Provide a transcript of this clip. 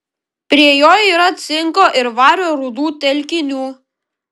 prie jo yra cinko ir vario rūdų telkinių